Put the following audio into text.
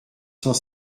cent